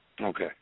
Okay